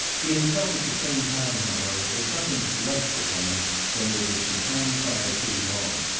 he had felt at the same time, however, that nothing could less become him than that it should hang fire too long.